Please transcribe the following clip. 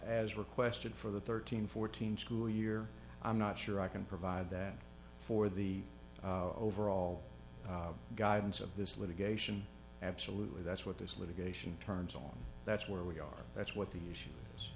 as requested for the thirteen fourteen school year i'm not sure i can provide that for the overall guidance of this litigation absolutely that's what this litigation turns on that's where we are that's what the issue